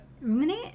Ruminate